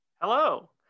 Hello